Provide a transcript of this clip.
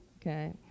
okay